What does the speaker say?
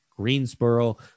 Greensboro